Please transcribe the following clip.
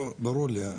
ברור לי.